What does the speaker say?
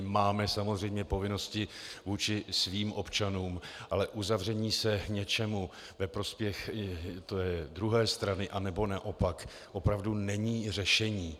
Máme samozřejmě povinnosti vůči svým občanům, ale uzavření se něčemu ve prospěch druhé strany anebo naopak opravdu není řešení.